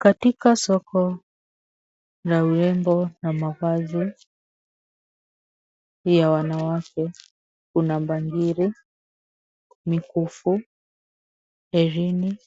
Katika soko la urembo na mavazi ya wanawake, kuna bangili, mikufu, herini,